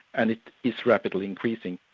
and it's rapidly increasing,